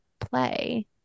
play